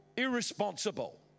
Irresponsible